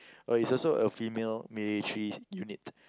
oh it's also a female military unit